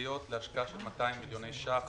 הממשלתיות להשקעה של 200 מיליון שקלים